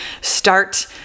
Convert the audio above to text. start